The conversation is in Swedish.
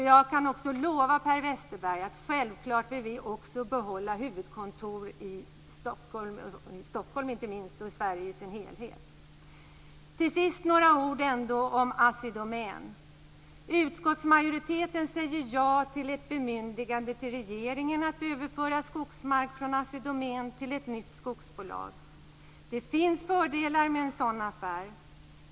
Jag kan lova, Per Westerberg, att självklart vill vi också behålla huvudkontoren - inte minst i Stockholm, men också i Sverige som helhet. Till sist ändå några ord om Assi Domän. Utskottsmajoriteten säger ja till ett bemyndigande till regeringen att överföra skogsmark från Assi Domän till ett nytt skogsbolag. Det finns fördelar med en sådan affär.